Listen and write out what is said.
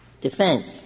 defense